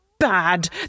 Bad